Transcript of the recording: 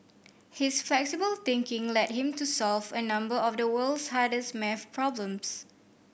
his flexible thinking led him to solve a number of the world's hardest maths problems